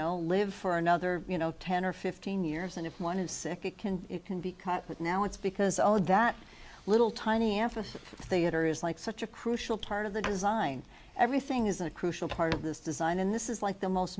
know live for another you know ten or fifteen years and if one is sick it can it can be caught but now it's because all of that little tiny effort theatre is like such a crucial part of the design everything is a crucial part of this design and this is like the most